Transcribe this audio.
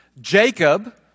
Jacob